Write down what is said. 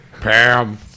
Pam